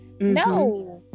No